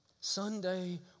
Sunday